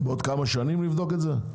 בעוד כמה שנים נבדוק את זה?